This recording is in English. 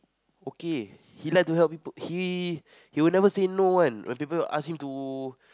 okay he like to help people he he would never say no one when people ask him to